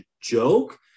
joke